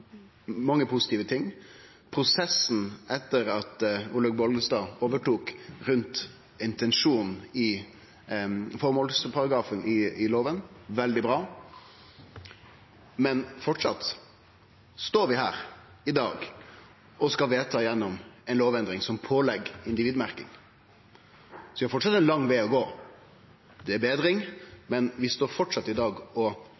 mange positive ting. Prosessen rundt intensjonen i formålsparagrafen i loven etter at Olaug V. Bollestad overtok: veldig bra. Men fortsatt står vi her i dag og skal vedta ei lovendring som pålegg individmerking. Vi har framleis ein lang veg å gå. Det er betring, men vi står framleis i dag og